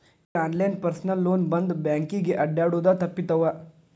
ಈ online personal loan ಬಂದ್ ಬ್ಯಾಂಕಿಗೆ ಅಡ್ಡ್ಯಾಡುದ ತಪ್ಪಿತವ್ವಾ